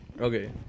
Okay